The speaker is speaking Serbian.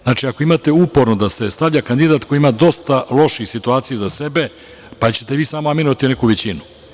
Znači, ako imate uporno da se stavlja kandidat koji ima dosta loših situacija iza sebe, pa ćete vi samo aminovati neku većinu.